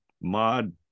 mod